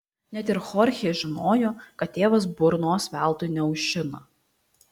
net ir chorchė žinojo kad tėvas burnos veltui neaušina